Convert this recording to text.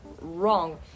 wrong